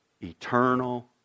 eternal